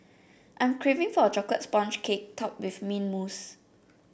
I am craving for a chocolate sponge cake topped with mint mousse